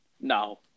No